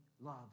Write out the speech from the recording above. love